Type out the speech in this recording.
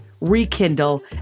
rekindle